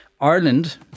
Ireland